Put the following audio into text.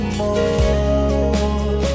more